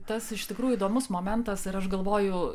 tas iš tikrųjų įdomus momentas ir aš galvoju